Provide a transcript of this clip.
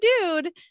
dude